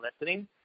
listening